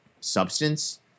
substance